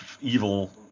evil